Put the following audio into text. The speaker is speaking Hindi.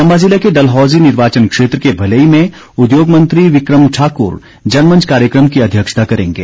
चम्बा जिला के डलहौजी निर्वाचन क्षेत्र के भलेई में उद्योग मंत्री विक्रम ठाकुर जनमंच कार्यक्रम की अध्यक्षता करेंगे